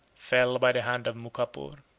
fell by the hand of mucapor,